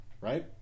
right